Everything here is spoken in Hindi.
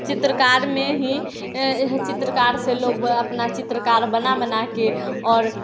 चित्रकार में ही चित्रकार से लोग अपना चित्रकार बना बनाके और